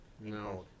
No